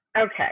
Okay